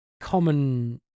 common